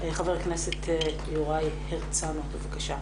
חבר הכנסת יוראי הרצנו, בבקשה.